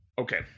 Okay